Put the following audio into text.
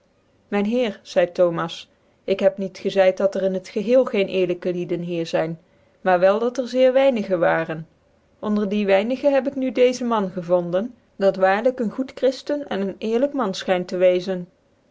myn heer zeidc thomas ik heb niet eczeid dat er in het geheel geen eerlijke lieden hier zyn maar wel dat er zeer weinige waren onder die weinige heb ik nu dccze man gevonden dat waarlijk ccn goed chriftcn cn ccn eerlijk man fchynt te wee